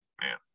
man